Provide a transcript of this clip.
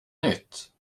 nytt